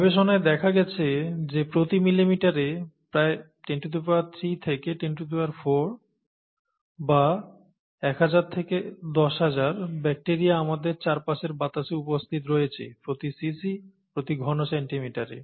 গবেষণায় দেখা গেছে যে প্রতি মিলিলিটারে প্রায় 103 থেকে 104 বা 1000 থেকে 10000 ব্যাকটেরিয়া আমাদের চারপাশের বাতাসে উপস্থিত রয়েছে প্রতি সিসি প্রতি ঘন সেন্টিমিটারে